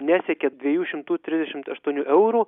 nesiekia dviejų šimtų trisdešimt aštuonių eurų